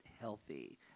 healthy